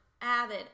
avid